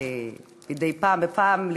שמדי פעם בפעם,